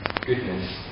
goodness